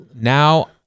now